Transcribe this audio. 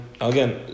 again